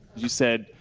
you said,